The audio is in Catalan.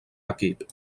equip